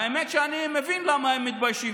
האמת היא שאני מבין למה הם מתביישים,